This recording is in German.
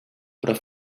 oder